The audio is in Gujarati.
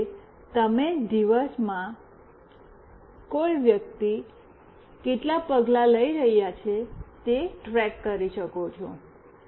જેમ કે તમે દિવસમાં કોઈ વ્યક્તિ કેટલા પગલા લઈ રહ્યા છે તે ટ્રેક કરી શકો છો